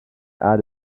had